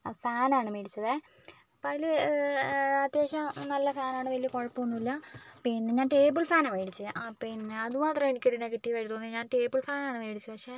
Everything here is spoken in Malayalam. ഫാൻ ആണ് മേടിച്ചതേ അപ്പോൾ അതിൽ അത്യാവശ്യം നല്ല ഫാൻ ആണ് വലിയ കുഴപ്പം ഒന്നുമില്ല പിന്നെ ടേബിൾ ഫാൻ ആണ് മേടിച്ചത് ആ പിന്നെ അതുമാത്രമേ എനിക്കൊരു നെഗറ്റീവ് ആയി തോന്നിയിട്ടുള്ളൂ ഞാൻ ടേബിൾ ഫാൻ ആണ് മേടിച്ചത് പക്ഷേ